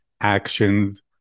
actions